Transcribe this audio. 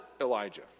Elijah